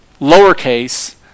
lowercase